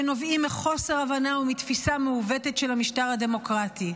שנובעים מחוסר הבנה או מתפיסה מעוותת של המשטר הדמוקרטי.